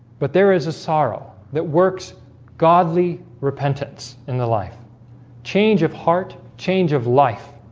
but there is a sorrow that works godly repentance in the life change of heart change of life